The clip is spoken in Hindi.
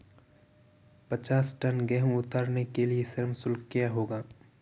पचास टन गेहूँ उतारने के लिए श्रम शुल्क क्या होगा?